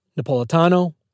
Napolitano